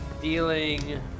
dealing